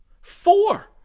Four